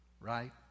right